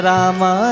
Rama